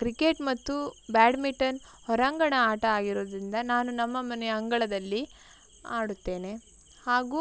cricket ಮತ್ತು badminton ಹೊರಾಂಗಣ ಆಟ ಆಗಿರುವುದ್ರಿಂದ ನಾನು ನಮ್ಮ ಮನೆಯ ಅಂಗಳದಲ್ಲಿ ಆಡುತ್ತೇನೆ ಹಾಗೂ